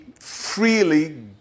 freely